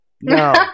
no